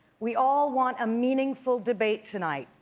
we all want a meaningful debate tonight.